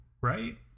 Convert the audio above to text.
right